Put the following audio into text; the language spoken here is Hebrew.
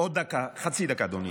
עוד חצי דקה, אדוני.